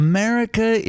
America